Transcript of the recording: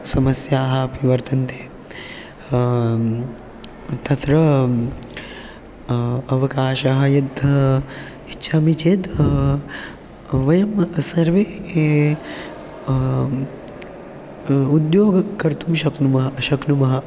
समस्याः अपि वर्तन्ते तत्र अवकाशः यत् इच्छामि चेत् वयं सर्वे उद्योगं कर्तुं शक्नुमः शक्नुमः